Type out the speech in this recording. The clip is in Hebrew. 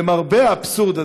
למרבה האבסורד,